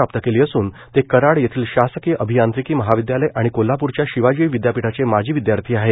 प्राप्त केली असून ते कराड येथील शासकीय अभियांत्रिकी महाविद्यालय आणि कोल्हापूरच्या शिवाजी विद्यापीठाचे माजी विद्यार्थी आहेत